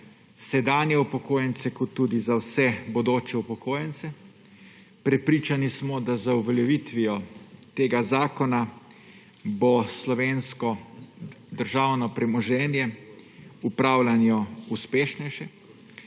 sedanje upokojence kot tudi za vse bodoče upokojence. Prepričani smo, da bo z uveljavitvijo tega zakona slovensko državno premoženje v upravljanju uspešnejše.